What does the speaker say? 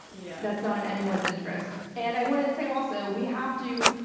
yeah. that's not in anyone's interest. and i want to say also, we have to,